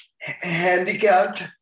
handicapped